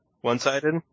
One-sided